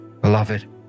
Beloved